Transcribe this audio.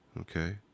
Okay